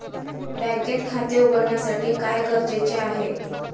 बँकेत खाते उघडण्यासाठी काय गरजेचे आहे?